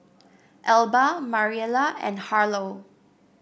Elba Mariela and Harlow